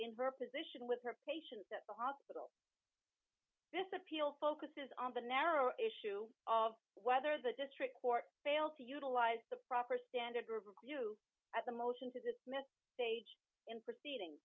in her position with her patients at the hospital this appeal focuses on the narrow issue of whether the district court failed to utilize the proper standard riverview at the motion to dismiss they in proceeding